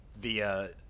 via